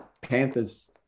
Panthers